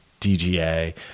DGA